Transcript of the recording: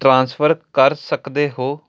transfer ਕਰ ਸਕਦੇ ਹੋ